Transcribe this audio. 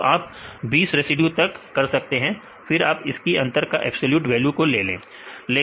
तो आप 20 रेसिड्यू तक कर सकते हैं फिर आप इसकी अंतर का एब्सलूट वैल्यू ले ले